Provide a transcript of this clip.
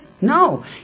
No